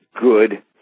good